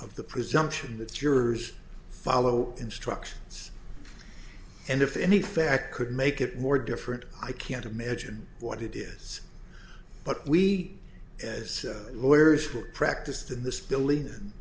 of the presumption that jurors follow instructions and if any fact could make it more different i can't imagine what it is but we as lawyers practiced in this b